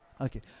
Okay